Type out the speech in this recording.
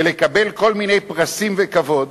ולקבל כל מיני פרסים וכבוד,